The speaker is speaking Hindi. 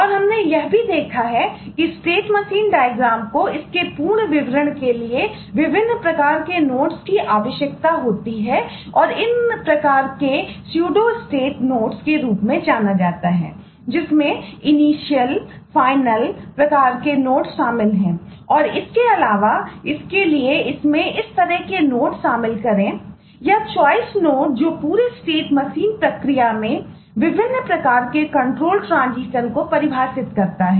और हमने यह भी देखा है कि स्टेट मशीन डायग्राम को परिभाषित करता है